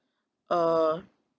uh